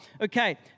Okay